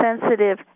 sensitive